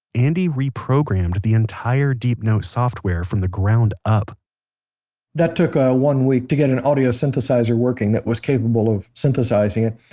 andy reprogrammed the entire deep note software from the ground up that took ah one week to get an audio synthesizer working that was capable of synthesizing it.